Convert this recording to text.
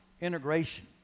integration